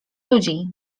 ludzi